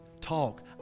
talk